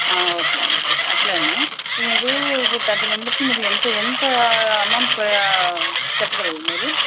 okay అండి అట్లానే మీరు ఇప్పుడు థర్టీ మెంబర్స్ మీద ఎంత ఎంత అమౌంట్ చెప్పగలరు మీరు